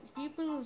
people